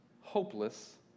hopeless